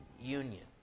union